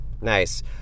Nice